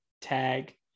tag